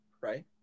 right